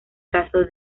caso